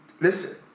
listen